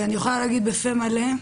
ואני יכולה להגיד בפה מלא,